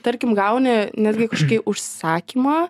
tarkim gauni netgi kažkokį užsakymą